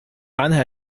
عنها